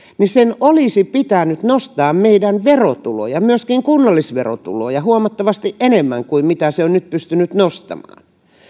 olisi pitänyt nostaa meidän verotuloja myöskin kunnallisverotuloja huomattavasti enemmän kuin mitä se on nyt pystynyt nostamaan